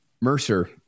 Mercer